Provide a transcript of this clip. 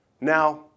Now